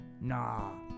Nah